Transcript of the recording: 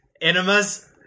Enema's